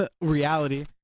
reality